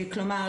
כלומר,